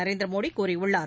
நரேந்திரமோடிகூறியுள்ளார்